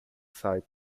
site